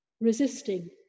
resisting